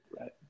Right